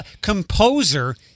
composer